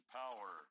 power